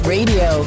Radio